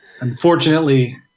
unfortunately